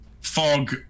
fog